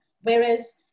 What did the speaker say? whereas